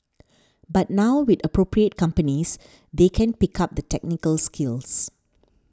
but now with appropriate companies they can pick up the technical skills